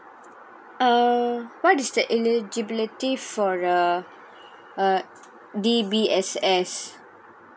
err what is the eligibility for the uh D_B_S_S